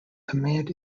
command